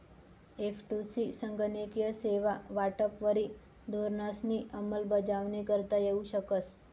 एफ.टु.सी संगणकीय सेवा वाटपवरी धोरणंसनी अंमलबजावणी करता येऊ शकस